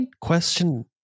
question